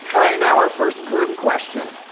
all right. now, our first group question.